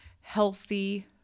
healthy